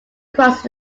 cross